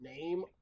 name